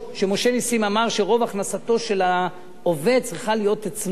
משה נסים אמר שרוב הכנסתו של העובד צריכה להיות אצלו,